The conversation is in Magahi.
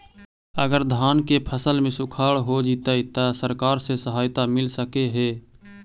अगर धान के फ़सल में सुखाड़ होजितै त सरकार से सहायता मिल सके हे?